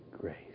grace